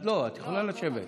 יכולה לשבת.